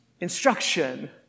instruction